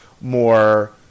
more